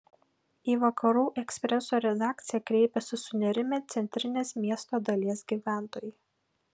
į vakarų ekspreso redakciją kreipėsi sunerimę centrinės miesto dalies gyventojai